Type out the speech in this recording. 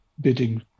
bidding